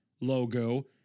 logo